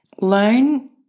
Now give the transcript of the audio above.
Learn